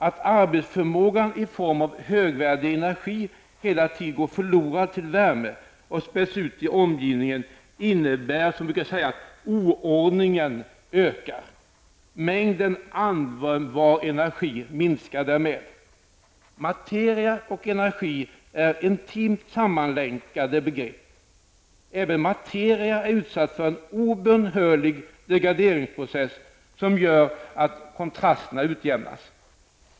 Att arbetsförmågan i form av högvärdig energi hela tiden går förlorad till värme som späds ut i omgivningen innebär att oordningen ökar. Mängden användbar energi minskar. Materia och energi är intimt sammanlänkade begrepp. Även materia är utsatt för en obönhörlig degraderingsprocess som gör att kontrasterna utjämnas.